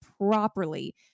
properly